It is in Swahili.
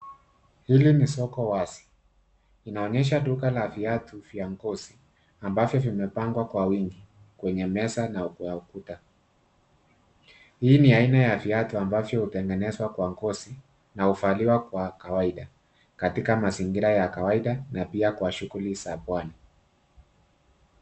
Hili ni soko wazi, linaonyesha duka la viatu vya ngozi, ambavyo vimepangwa kwa wingi kwenye meza na kwa ukuta. Hii ni aina ya viatu ambavyo hutengenezwa kwa ngozi na huvaliwa kwa kawaida, katika mazingira ya kawaida na pia kwa shughuli za pwani.